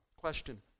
Question